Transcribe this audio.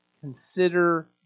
consider